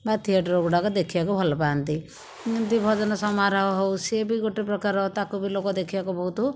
ବା ଥିଏଟର ଗୁଡ଼ାକ ଦେଖିବାକୁ ଭଲ ପାଆନ୍ତି ଯେମିତି ଭଜନ ସମାରୋହ ହେଉ ସିଏ ବି ଗୋଟିଏ ପ୍ରକାର ତାକୁ ବି ଲୋକ ଦେଖିବାକୁ ବହୁତ